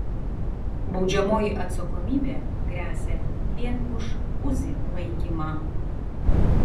baudžiamoji atsakomybė gresia vien už uzi laikymą